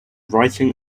writing